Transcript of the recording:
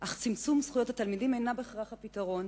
אך צמצום זכויות התלמידים אינו בהכרח הפתרון.